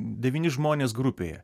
devyni žmonės grupėje